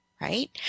right